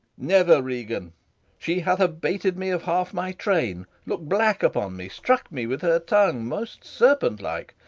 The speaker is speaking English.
never, regan she hath abated me of half my train look'd black upon me struck me with her tongue, most serpent-like,